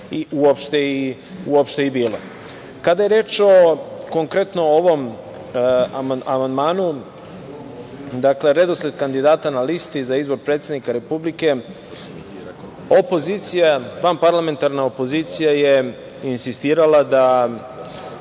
uopšte i bilo. Kada je reč konkretno o ovom amandmanu – redosled kandidata na listi za izbor predsednika Republike, opozicija vanparlamentarna je insistirala da